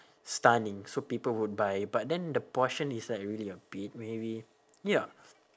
stunning so people would buy but then the portion is like really a bit maybe ya